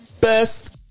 best